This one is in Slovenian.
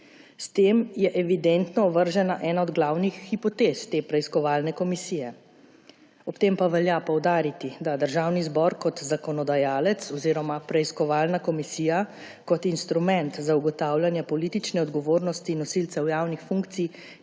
S tem je evidentno ovržena ena od glavnih hipotez te preiskovalne komisije. Ob tem pa velja poudariti, da Državni zbor kot zakonodajalec oziroma preiskovalna komisija kot instrument za ugotavljanje politične odgovornosti nosilcev javnih funkcij